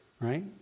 right